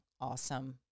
awesome